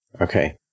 Okay